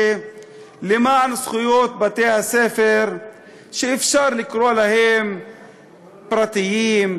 למען זכויות בתי-הספר שאפשר לקרוא להם פרטיים,